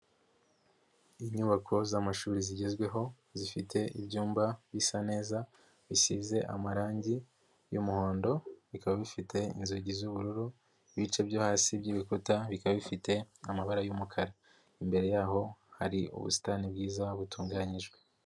Inyubako z'amashuri zigezweho zifite ibyumba bisa neza bisize amarangi y'umuhondo bikaba bifite inzugi z'ubururu, ibice byo hasi by'ibikuta bikaba bifite amabara y'umukara, imbere yaho hari ubusitani bwiza butunganyijwe.